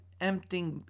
empty